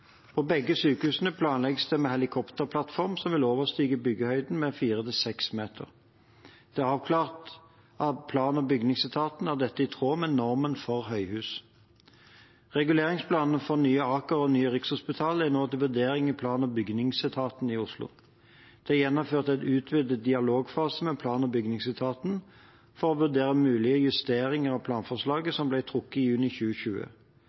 På begge sykehusene planlegges det med helikopterplattform som vil overstige byggehøyden med 4–6 meter. Det er avklart av plan- og bygningsetaten at dette er i tråd med normen for høyhus. Reguleringsplanene for Nye Aker og Nye Rikshospitalet er nå til vurdering i plan- og bygningsetaten i Oslo. Det er gjennomført en utvidet dialogfase med plan- og bygningsetaten for å vurdere mulige justeringer av planforslaget som ble trukket i juni 2020.